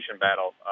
battle